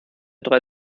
drei